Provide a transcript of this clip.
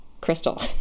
crystal